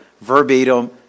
verbatim